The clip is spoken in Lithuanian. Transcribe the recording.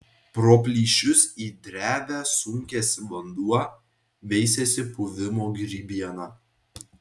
pro plyšius į drevę sunkiasi vanduo veisiasi puvimo grybiena